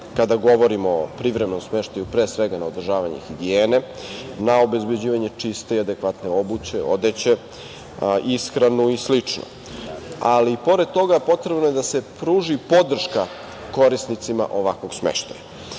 kada govorimo o privremenom smeštaju, pre svega na održavanje higijene, na obezbeđivanje čiste i adekvatne obuće, odeće, isranu i slično. Ali i pored toga potrebno je da se pruži podrška korisnicima ovakvog smeštaja,